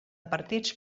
partits